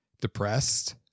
depressed